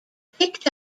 picked